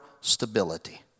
stability